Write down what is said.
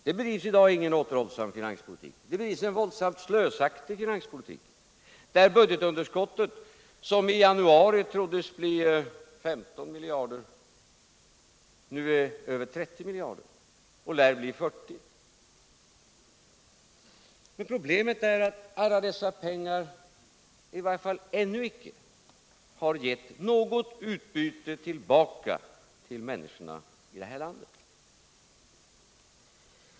Det bedrivs i dag ingen återhållsam finanspolitik utan en våldsamt slösaktig finanspolitik, där budgetunderskottet, som i januari troddes bli 15 miljarder, nu är över 30 miljarder och lär bli 40. Problemet är att alla dessa pengar i varje fall inte ännu har givit något utbyte åt människorna i detta land.